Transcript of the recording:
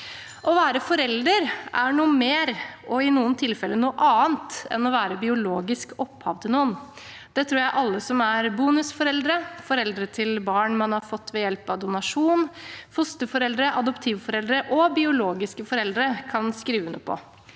Å være forelder er noe mer og i noen tilfeller noe annet enn å være biologisk opphav til noen. Det tror jeg alle som er bonusforeldre, foreldre til barn man har fått ved hjelp av donasjon, fosterforeldre, adoptivforeldre og biologiske foreldre kan skrive under på.